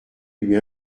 lui